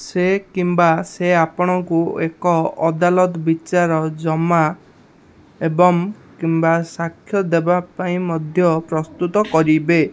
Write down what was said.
ସେ କିମ୍ବା ସେ ଆପଣଙ୍କୁ ଏକ ଅଦାଲତ ବିଚାରରେ ଜମା ଏବଂ କିମ୍ବା ସାକ୍ଷ୍ୟ ଦେବା ପାଇଁ ମଧ୍ୟ ପ୍ରସ୍ତୁତ କରିବେ